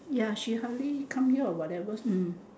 ya she hardly come here or whatever hmm